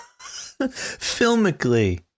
filmically